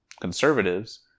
conservatives